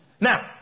Now